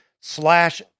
slash